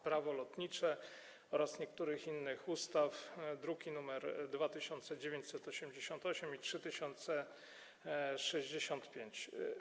Prawo lotnicze oraz niektórych innych ustaw, druki nr 2988 i 3065.